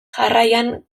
jarraian